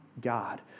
God